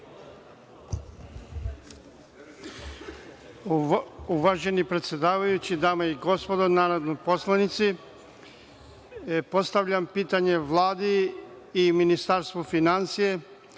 Hvala. Uvaženi predsedavajući, dame i gospodo narodni poslanici, postavljam pitanje Vladi i Ministarstvu finansija